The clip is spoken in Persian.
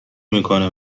میکنه